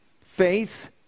Faith